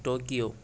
Tokyo